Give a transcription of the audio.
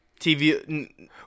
TV –